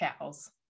cows